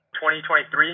2023